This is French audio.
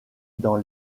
dans